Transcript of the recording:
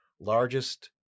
largest